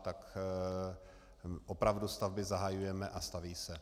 Tak opravdu stavby zahajujeme a staví se.